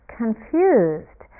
confused